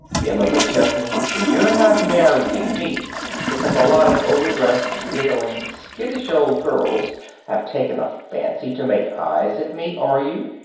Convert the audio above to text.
emma mcchesney, you're not marrying me because a lot of overdressed, giggling, skittish old girls have taken a fancy to make eyes at me, are you!